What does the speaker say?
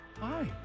Hi